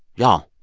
y'all,